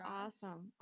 awesome